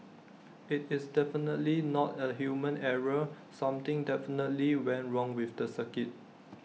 IT is definitely not A human error something definitely went wrong with the circuit